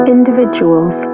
Individuals